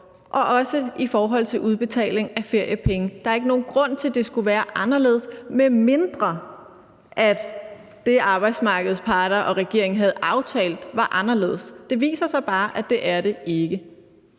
om, også i forhold til udbetaling af feriepenge. Der er ikke nogen grund til, at det skulle være anderledes, medmindre at det, som arbejdsmarkedets parter og regeringen havde aftalt, var anderledes. Det viser sig bare, at det var det ikke.